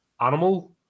animal